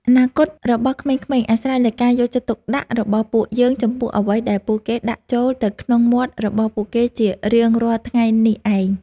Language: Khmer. អនាគតរបស់ក្មេងៗអាស្រ័យលើការយកចិត្តទុកដាក់របស់ពួកយើងចំពោះអ្វីដែលពួកគេដាក់ចូលទៅក្នុងមាត់របស់ពួកគេជារៀងរាល់ថ្ងៃនេះឯង។